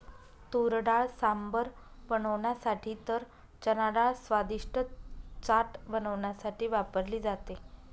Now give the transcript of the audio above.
तुरडाळ सांबर बनवण्यासाठी तर चनाडाळ स्वादिष्ट चाट बनवण्यासाठी वापरली जाते